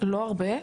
לא הרבה,